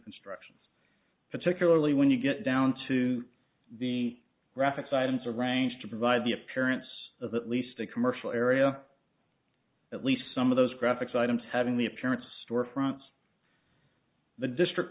instructions particularly when you get down to the graphics items or ranks to provide the appearance of the least in commercial area at least some of those graphics items having the apparent storefronts the district